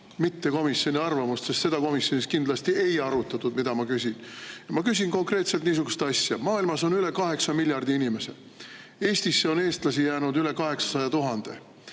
mitte komisjoni arvamust, sest komisjonis kindlasti ei arutatud seda, mida ma küsin. Ma küsin konkreetselt niisugust asja. Maailmas on üle 8 miljardi inimese. Eestisse on eestlasi jäänud üle 800 000.